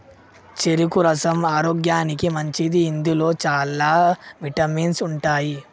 చెరుకు రసం ఆరోగ్యానికి మంచిది ఇందులో చాల విటమిన్స్ ఉంటాయి